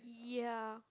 ya